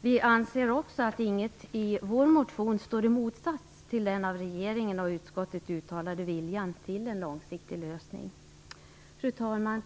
Vi anser också att inget i vår motion står i motsats till den av regeringen och utskottet uttalade viljan till en långsiktig lösning. Fru talman!